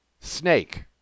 snake